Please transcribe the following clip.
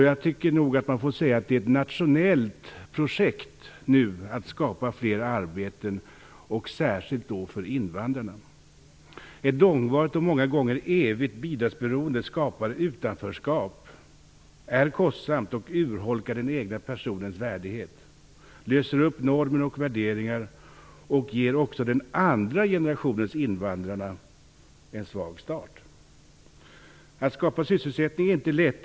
Jag tycker nog att man får säga att det nu är ett nationellt projekt att skapa fler arbeten, speciellt för invandrarna. Ett långvarigt och många gånger evigt bidragsberoende skapar utanförskap, är kostsamt och urholkar den egna personens värdighet. Det löser upp normer och värderingar och ger också den andra generationens invandrare en svag start. Att skapa sysselsättning är inte lätt.